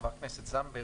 חברת הכנסת זנדברג,